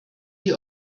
die